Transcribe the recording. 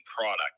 product